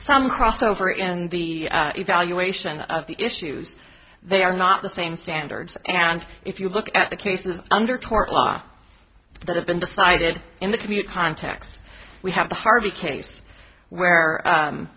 some crossover in the evaluation of the issues they are not the same standards and if you look at the cases under tort law that have been decided in the commute context we have the harvey case where